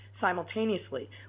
simultaneously